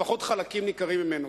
לפחות חלקים ניכרים ממנו.